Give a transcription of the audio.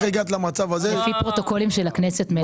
לפי פרוטוקולים של הכנסת.